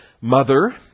Mother